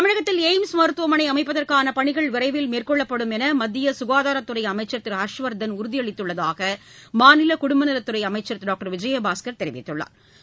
தமிழகத்தில் எய்ம்ஸ் மருத்துவமனை அமைப்பதற்கான பணிகள் விரைவில் மேற்கொள்ளப்படும் என்று மத்திய சுகாதாரத் துறை அமைச்சர் திரு ஹர்ஷ்வர்தன் உறுதியளித்துள்ளதாக மாநில குடும்பநலத் துறை அமைச்சா் டாக்டா் விஜயபாஸ்கா் தெரிவித்துள்ளாா்